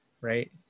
right